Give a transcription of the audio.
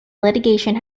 litigation